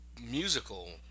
musical